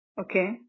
Okay